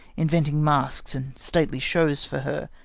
inventing masks and stately shows for her,